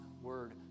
word